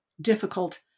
difficult